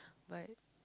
but